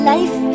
Life